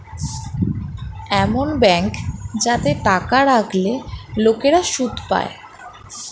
এমন ব্যাঙ্ক যাতে টাকা রাখলে লোকেরা সুদ পায়